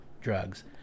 drugs